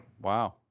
Wow